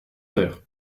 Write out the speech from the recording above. terre